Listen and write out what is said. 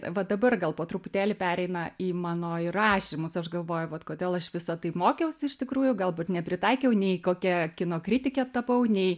va dabar gal po truputėlį pereina į mano į rašymus aš galvoju vat kodėl aš visa tai mokiausi iš tikrųjų galbūt nepritaikiau nei kokia kino kritikė tapau nei